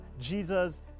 Jesus